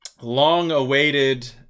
long-awaited